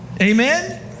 Amen